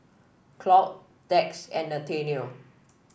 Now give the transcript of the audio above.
Claud Dax and Nathanial